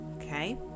okay